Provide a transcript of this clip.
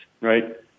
right